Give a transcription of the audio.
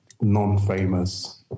non-famous